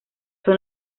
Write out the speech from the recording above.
son